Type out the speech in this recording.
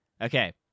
Okay